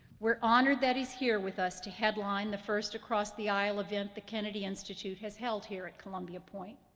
we're honored that he's here with us to headline the first across the aisle event the kennedy institute has held here at columbia point.